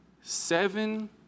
seven